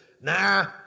nah